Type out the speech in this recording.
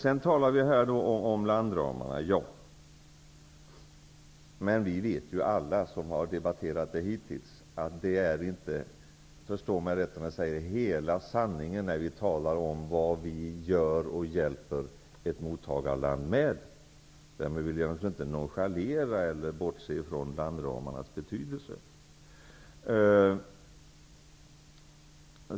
Alla vi som hittills har debatterat landramarna vet att de inte -- förstå mig rätt -- säger hela sanningen om vad vi gör för att hjälpa ett mottagarland. Därmed vill jag naturligtvis inte bortse från eller nonchalera landramarnas betydelse.